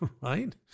right